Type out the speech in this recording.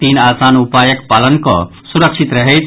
तीन आसान उपायक पालन कऽ सुरक्षित रहैथ